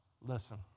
Listen